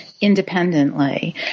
independently